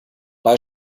bei